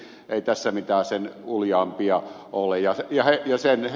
ei tässä mitään sen uljaampia ole ja jäi jo se että